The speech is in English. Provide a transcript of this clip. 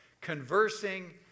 conversing